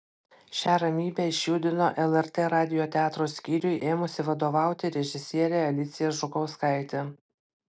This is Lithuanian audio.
šią ramybę išjudino lrt radijo teatro skyriui ėmusi vadovauti režisierė alicija žukauskaitė